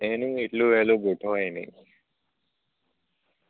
એનું એટલું વહેલું ગોઠવાય નહીં